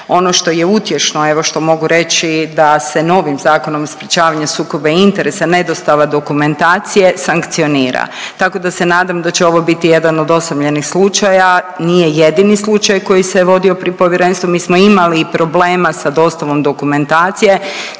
Ono što je utješno evo što mogu reći da se novim Zakonom o sprječavanju sukoba interesa ne dostava dokumentacije sankcionira. Tako da se nadam da će ovo biti jedan od osamljenih slučaja. Nije jedini slučaj koji se vodio pri povjerenstvu. Mi smo imali i problema sa dostavom dokumentacije,